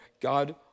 God